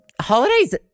holidays